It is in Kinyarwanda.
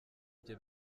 bye